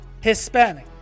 Hispanic